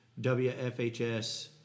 WFHS